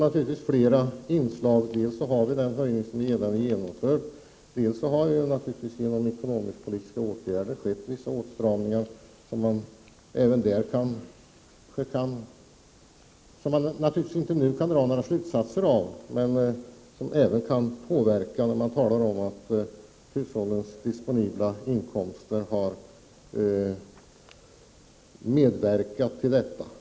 Det finns flera andra inslag: dels den höjning av alkoholpriserna som redan har genomförts, dels att vi genom ekonomisk-politiska åtgärder har åstadkommit åtstramningar, som man naturligtvis inte nu kan dra några slutsatser av men som även kan påverka — det talas ju om att hushållens disponibla inkomster kan ha medverkat till ökad alkoholkonsumtion.